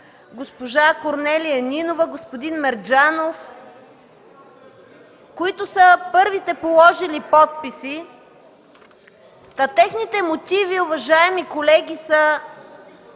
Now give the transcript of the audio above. госпожа Корнелия Нинова, и господин Мерджанов, които са първите положили подписи. Техните мотиви, уважаеми колеги, са